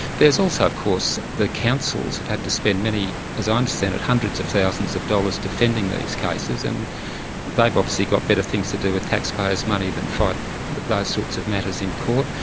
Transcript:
there's also of course the councils have had to spend many, as i understand it, hundreds of thousands of dollars defending these cases, and they've obviously got better things to do with taxpayers' money than fight those sorts of matters in court.